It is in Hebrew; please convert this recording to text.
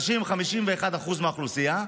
הנשים הן 51% מהאוכלוסייה,